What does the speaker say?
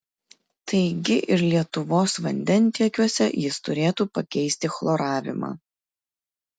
taigi ir lietuvos vandentiekiuose jis turėtų pakeisti chloravimą